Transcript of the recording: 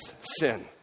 sin